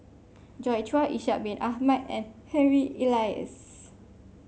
Joi Chua Ishak Bin Ahmad and Harry Elias